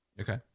okay